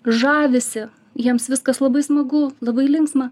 žavisi jiems viskas labai smagu labai linksma